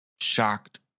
shocked